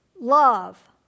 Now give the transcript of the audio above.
love